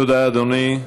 תודה, אדוני.